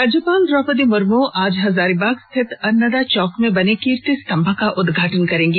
राज्यपाल द्रौपदी मूर्म आज हजारीबाग स्थित अन्नदा चौक में बने कीर्ति स्तंभ का उदघाटन करेंगी